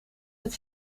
het